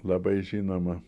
labai žinomą